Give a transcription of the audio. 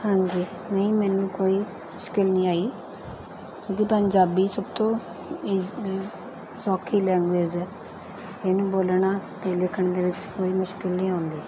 ਹਾਂਜੀ ਨਹੀਂ ਮੈਨੂੰ ਕੋਈ ਮੁਸ਼ਕਿਲ ਨਹੀਂ ਆਈ ਕਿਉਂਕਿ ਪੰਜਾਬੀ ਸਭ ਤੋਂ ਇਜ਼ ਲ ਸੌਖੀ ਲੈਂਗੁਏਜ ਹੈ ਇਹਨੂੰ ਬੋਲਣਾ ਅਤੇ ਲਿਖਣ ਦੇ ਵਿੱਚ ਕੋਈ ਮੁਸ਼ਕਿਲ ਨਹੀਂ ਆਉਂਦੀ